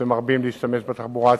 שמרבים להשתמש בתחבורה הציבורית,